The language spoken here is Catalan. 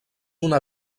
una